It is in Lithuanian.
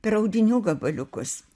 per audinių gabaliukus